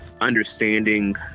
understanding